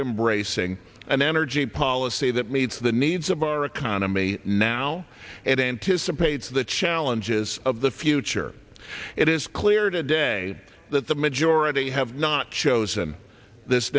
embracing an energy policy that meets the needs of our economy now and anticipates the challenges of the future it is clear today that the majority have not chosen this